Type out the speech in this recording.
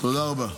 תודה רבה.